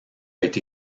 été